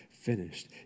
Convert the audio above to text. finished